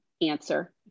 answer